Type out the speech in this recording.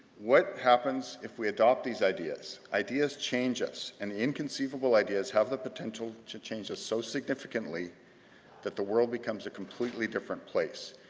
what happens if we adopt these ideas? ideas change us, and the inconceivable ideas have the potential to change us so significantly that the world becomes a completely different place.